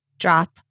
Drop